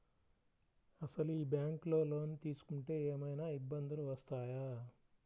అసలు ఈ బ్యాంక్లో లోన్ తీసుకుంటే ఏమయినా ఇబ్బందులు వస్తాయా?